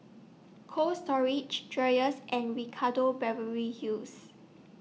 Cold Storage Dreyers and Ricardo Beverly Hills